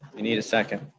we need a second.